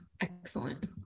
excellent